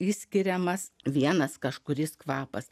išskiriamas vienas kažkuris kvapas